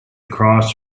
cross